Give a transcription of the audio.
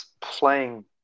playing